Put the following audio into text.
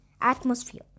atmosphere